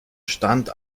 stand